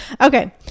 Okay